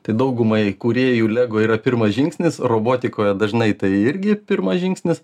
tai daugumai kūrėjų lego yra pirmas žingsnis robotikoje dažnai tai irgi pirmas žingsnis